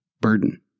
burden